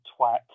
twat